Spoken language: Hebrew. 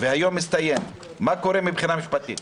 והיום מסתיים, מה קורה מבחינה משפטית?